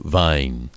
vine